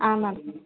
ಹಾಂ ಮ್ಯಾಮ್